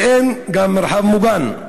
ואין גם מרחב מוגן.